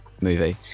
movie